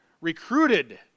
recruited